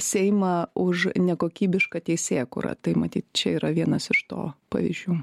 seimą už nekokybišką teisėkūrą tai matyt čia yra vienas iš to pavyzdžių